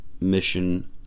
mission